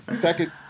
second